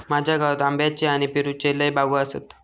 माझ्या गावात आंब्याच्ये आणि पेरूच्ये लय बागो आसत